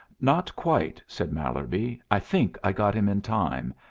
not quite, said mallerby. i think i got him in time,